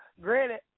Granted